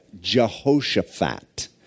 Jehoshaphat